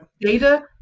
data